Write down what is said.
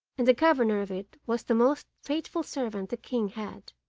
and the governor of it was the most faithful servant the king had.